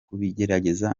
kubiyegereza